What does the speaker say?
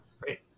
great